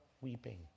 weeping